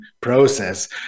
process